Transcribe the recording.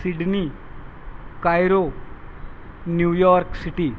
Sydney Cairo New York city